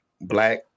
black